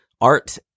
art